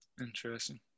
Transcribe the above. Interesting